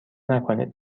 نکنید